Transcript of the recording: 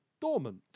dormant